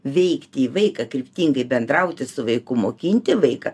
veikti į vaiką kryptingai bendrauti su vaiku mokinti vaiką